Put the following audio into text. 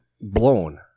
blown